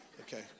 Okay